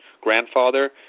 grandfather